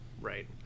Right